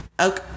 okay